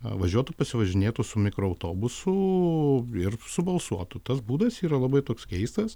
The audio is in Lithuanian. važiuotų pasivažinėtų su mikroautobusu ir subalsuotų tas būdas yra labai toks keistas